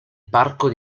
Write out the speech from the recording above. parco